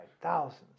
Thousands